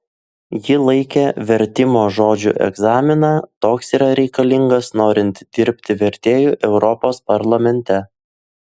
ji laikė vertimo žodžiu egzaminą toks yra reikalingas norint dirbti vertėju europos parlamente